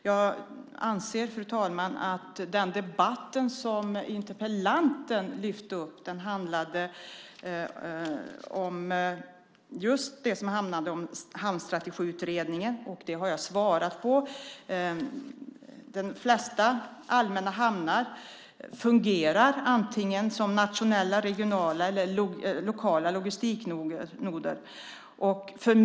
Jag anser, fru talman, att den debatt som interpellanten lyfte upp handlade om Hamnstrategiutredningen. Den frågan har jag besvarat. De flesta allmänna hamnar fungerar som antingen nationella, regionala eller lokala logistiknoder.